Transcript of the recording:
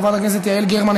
חברת הכנסת יעל גרמן,